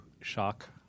shock